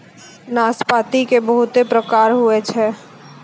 नाशपाती के बहुत प्रकार होय छै